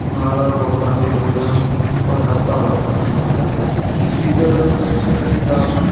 ਨਾਲ ਗੁੜ ਖਾਂਦੇ ਹੋ ਜਾਂ ਤੁਹਾਡਾ ਭਾਰ ਵਧ ਜਾਂਦਾ ਮਦਦ ਕਰਦਾ ਹੈ ਇਸ ਦੇ ਕਾਰਨ